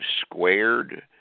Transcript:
squared